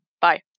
Bye